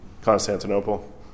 Constantinople